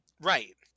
Right